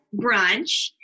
brunch